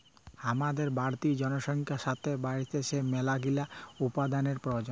হামাদের বাড়তি জনসংখ্যার সাতে বাইড়ছে মেলাগিলা উপাদানের প্রয়োজন